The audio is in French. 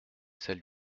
celle